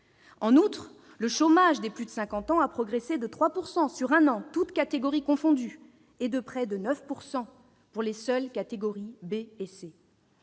En outre, le chômage des plus de 50 ans a progressé de 3 % sur un an, toutes catégories confondues, et de près de 9 % pour les seules catégories B et C.